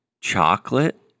chocolate